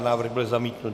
Návrh byl zamítnut.